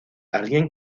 alguien